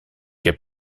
heb